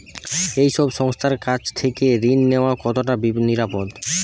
এই সব সংস্থার কাছ থেকে ঋণ নেওয়া কতটা নিরাপদ?